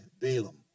Balaam